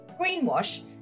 Greenwash